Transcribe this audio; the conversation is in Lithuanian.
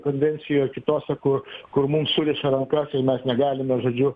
konvencijoj kitose kur kur mums suriša rankas tai mes negalime žodžiu